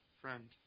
friend